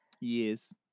Yes